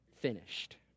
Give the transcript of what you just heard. finished